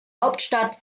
hauptstadt